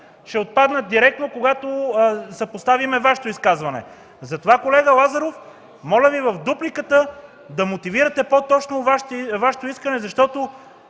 ще отпаднат директно, когато съпоставим Вашето изказване. Затова, колега Лазаров, моля Ви в дупликата да мотивирате по-точно Вашето искане, защото